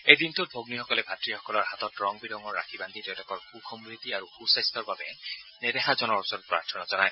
এই দিনটোত ভগ্নীসকলে ভাতৃসকলৰ হাতত ৰং বিৰঙৰ ৰাখী বান্ধি তেওঁলোকৰ সুখ সমৃদ্ধি আৰু সু স্বাস্থ্যৰ বাবে নেদেখাজনৰ ওচৰত প্ৰাৰ্থনা জনায়